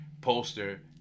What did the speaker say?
Poster